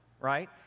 right